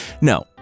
No